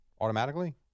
automatically